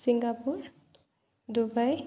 Singapore Dubai